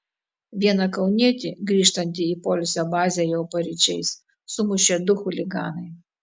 vieną kaunietį grįžtantį į poilsio bazę jau paryčiais sumušė du chuliganai